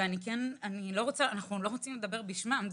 אני לא רוצה לדבר בשמם.